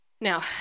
Now